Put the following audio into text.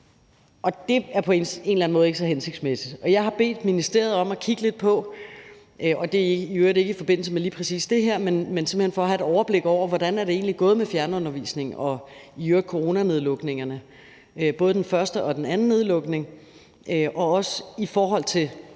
Det er på en eller anden måde ikke så hensigtsmæssigt. Jeg har bedt ministeriet om at kigge lidt på det. Det er i øvrigt ikke i forbindelse med lige præcis det her, men simpelt hen for at have et overblik over, hvordan det egentlig er gået med fjernundervisningen og også coronanedlukningerne, både den første og den anden nedlukning, også i forhold til